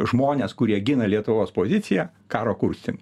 žmones kurie gina lietuvos poziciją karo kurstymu